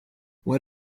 what